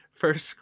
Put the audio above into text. First